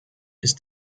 ist